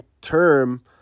term